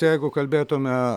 tai jeigu kalbėtume